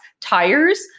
tires